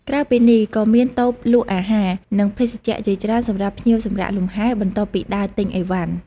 ក្រៅពីនេះ ក៏មានតូបលក់អាហារ និងភេសជ្ជៈជាច្រើនសម្រាប់ភ្ញៀវសម្រាកលម្ហែ បន្ទាប់ពីដើរទិញអីវ៉ាន់។